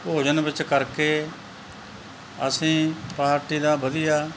ਭੋਜਨ ਵਿੱਚ ਕਰਕੇ ਅਸੀਂ ਪਾਰਟੀ ਦਾ ਵਧੀਆ